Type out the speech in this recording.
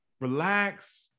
relax